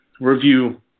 review